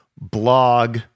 blog